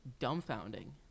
dumbfounding